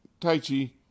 Taichi